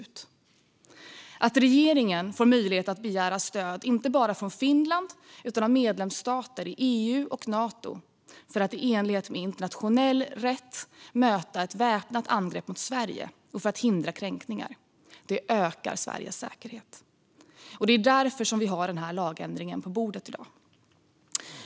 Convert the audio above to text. Det ökar Sveriges säkerhet att regeringen får möjlighet att begära stöd inte bara från Finland utan från medlemsstater i EU och Nato för att, i enlighet med internationell rätt, möta ett väpnat angrepp mot Sverige och för att hindra kränkningar. Det är därför vi har den här lagändringen på bordet i dag.